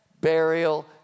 burial